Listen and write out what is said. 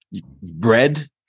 bread